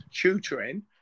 tutoring